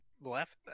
left